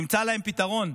נמצא להם פתרון.